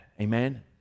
Amen